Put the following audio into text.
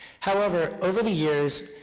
however, over the years,